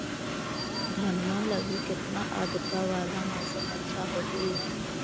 धनमा लगी केतना आद्रता वाला मौसम अच्छा होतई?